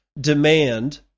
demand